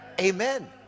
Amen